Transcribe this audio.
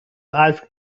ask